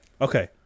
Okay